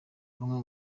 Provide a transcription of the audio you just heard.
bamwe